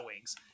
wings